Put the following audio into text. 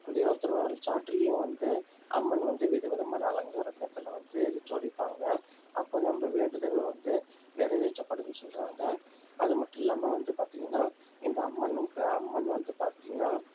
அந்த இருபத்தோரு நாள் சாட்டுலேயும் வந்து அம்மன் வந்து விதவிதமான அலங்காரத்தில் வந்து ஜொலிப்பாங்க அப்போ நம்ம வேண்டுதல் வந்து நிறைவேற்றப்படுதுனு சொல்கிறாங்க அது மட்டும் இல்லாமல் வந்து பார்த்திங்கன்னா இந்த அம்மன்ங்கிற அம்மன் வந்து பார்த்திங்கன்னா